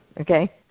okay